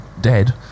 dead